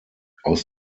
aus